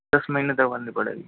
दस महीने तक भरनी पड़ेगी